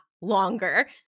longer